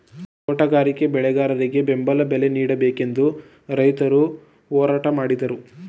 ತೋಟಗಾರಿಕೆ ಬೆಳೆಗಾರರಿಗೆ ಬೆಂಬಲ ಬಲೆ ನೀಡಬೇಕೆಂದು ರೈತರು ಹೋರಾಟ ಮಾಡಿದರು